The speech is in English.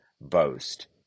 boast